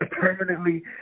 permanently